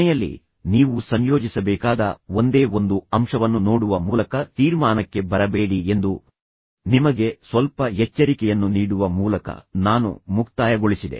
ಕೊನೆಯಲ್ಲಿ ನೀವು ಸಂಯೋಜಿಸಬೇಕಾದ ಒಂದೇ ಒಂದು ಅಂಶವನ್ನು ನೋಡುವ ಮೂಲಕ ತೀರ್ಮಾನಕ್ಕೆ ಬರಬೇಡಿ ಎಂದು ನಿಮಗೆ ಸ್ವಲ್ಪ ಎಚ್ಚರಿಕೆಯನ್ನು ನೀಡುವ ಮೂಲಕ ನಾನು ಮುಕ್ತಾಯಗೊಳಿಸಿದೆ